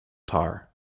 tar